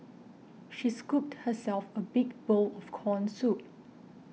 she scooped herself a big bowl of Corn Soup